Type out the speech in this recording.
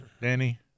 Danny